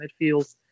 midfield